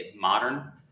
Modern